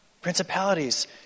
principalities